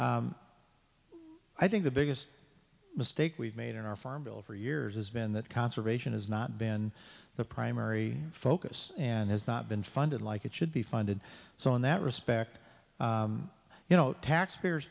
i think the biggest mistake we've made in our farm bill for years has been that conservation has not been the primary focus and has not been funded like it should be funded so in that respect you know taxpayers